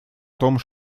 том